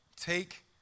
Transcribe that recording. take